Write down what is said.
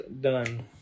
done